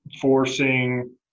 forcing